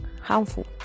harmful